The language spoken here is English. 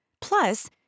Plus